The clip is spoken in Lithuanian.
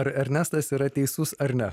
ar ernestas yra teisus ar ne